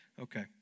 Okay